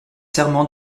serment